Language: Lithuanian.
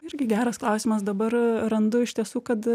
irgi geras klausimas dabar randu iš tiesų kad